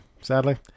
Sadly